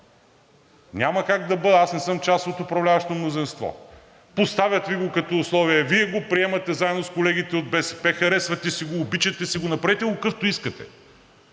Няма как да бъда, аз не съм част от управляващото мнозинство. Поставят Ви го като условие, Вие го приемате, заедно с колегите от БСП, харесвате си го, обичате си го, направете го какъвто искате.